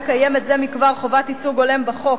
קיימת זה מכבר חובת ייצוג הולם בחוק,